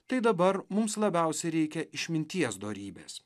tai dabar mums labiausiai reikia išminties dorybės